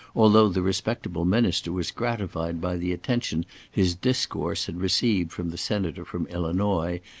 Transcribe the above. although the respectable minister was gratified by the attention his discourse had received from the senator from illinois,